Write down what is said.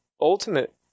ultimate